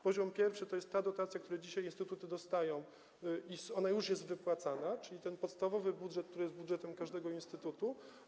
Poziom pierwszy to jest ta dotacja, którą dzisiaj instytuty dostają i ona już jest wypłacana, czyli ten podstawowy budżet, który jest budżetem każdego instytutu.